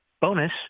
bonus